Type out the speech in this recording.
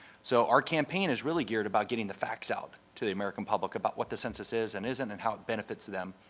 so our campaign is really geared about getting the facts out to the american public about what the census is and isn't, and how it benefits them.